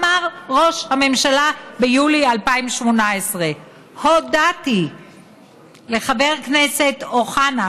אמר ראש הממשלה ביולי 2018. הודעתי לחבר הכנסת אוחנה,